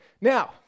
Now